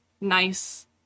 nice